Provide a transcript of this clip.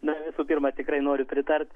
na visų pirma tikrai noriu pritart